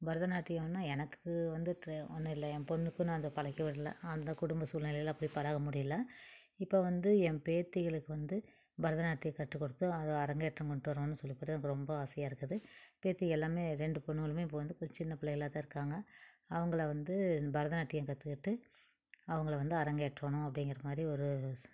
பரதநாட்டியம்னா எனக்கு வந்துட்டு ஒன்றும் இல்லை ஏ பொண்ணுக்கும் நான் அந்த பழக்கிவிடலை அந்த குடும்ப சூழ்நிலையில் அப்படி பழக முடியலை இப்போ வந்து என் பேத்திகளுக்கு வந்து பரதநாட்டியம் கற்றுக்கொடுத்து அதை அரங்கேற்றம் கொண்டு வரணும் சொல்லிப்புட்டு எனக்கு ரொம்ப ஆசையாக இருக்குது பேத்திகள் எல்லாமே ரெண்டு பொண்ணுங்களுமே இப்போ வந்து இப்போ சின்ன பிள்ளைகளாத்தான் இருக்காங்க அவங்கள வந்து பரதநாட்டியம் கற்றுக்கிட்டு அவங்கள வந்து அரங்கேற்றணும் அப்படிங்குற மாதிரி ஒரு